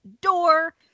door